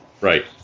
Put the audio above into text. Right